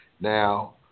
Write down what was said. Now